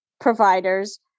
providers